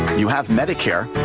you have medicare.